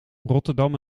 rotterdam